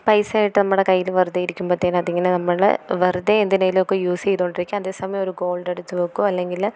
പൈസ ആയിട്ട് നമ്മുടെ കയ്യിൽ വെറുതെ ഇരിക്കുമ്പോഴത്തേന് അതിങ്ങനെ നമ്മള് വെറുതെ എന്തിനേലുമൊക്കെ യൂസെയ്തോണ്ടിരിക്കും അതേസമയം ഒരു ഗോൾഡെടുത്ത് വയ്ക്കുകയോ അല്ലെങ്കില്